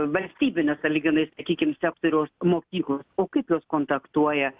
valstybinio sąlyginai sakykim sektoriaus mokyklos o kaip jos kontaktuoja